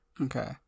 Okay